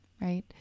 right